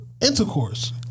intercourse